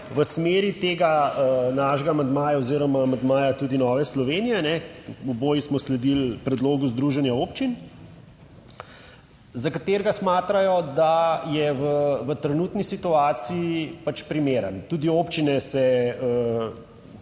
v smeri tega našega amandmaja oziroma amandmaja tudi Nove Slovenije. Oboji smo sledili predlogu Združenja občin, za katerega smatrajo, da je v trenutni situaciji pač primeren. Tudi občine se,